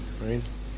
right